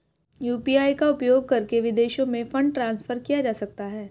UPI का उपयोग करके विदेशों में फंड ट्रांसफर किया जा सकता है?